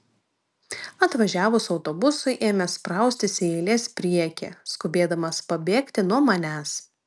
atvažiavus autobusui ėmė spraustis į eilės priekį skubėdamas pabėgti nuo manęs